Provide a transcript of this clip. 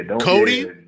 Cody